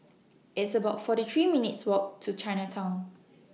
It's about forty three minutes' Walk to Chinatown